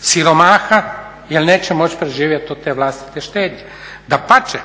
siromaha jer neće moći preživjeti od te vlastite štednje? Dapače,